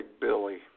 Billy